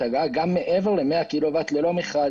הגג גם מעבר ל-100 קילוואט ללא מכרז.